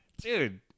Dude